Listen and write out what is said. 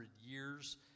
years